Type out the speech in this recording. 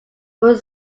were